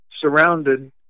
surrounded